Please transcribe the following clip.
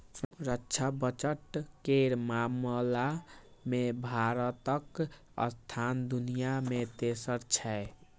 रक्षा बजट केर मामला मे भारतक स्थान दुनिया मे तेसर छै